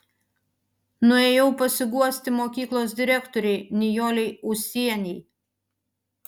nuėjau pasiguosti mokyklos direktorei nijolei ūsienei